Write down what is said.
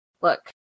look